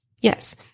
yes